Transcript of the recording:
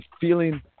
feeling